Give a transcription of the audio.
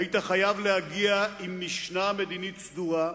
היית חייב להגיע עם משנה מדינית סדורה,